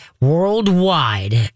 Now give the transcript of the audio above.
Worldwide